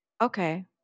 Okay